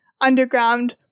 underground